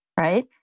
right